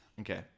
Okay